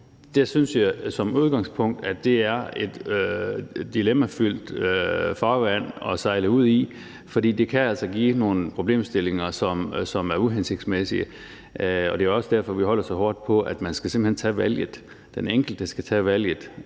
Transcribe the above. Det synes jeg som udgangspunkt er et dilemmafyldt farvand at sejle ud i, for det kan altså give nogle problemstillinger, som er uhensigtsmæssige. Det er også derfor, vi holder så hårdt på, at man simpelt hen skal tage valget, at den enkelte skal tage valget.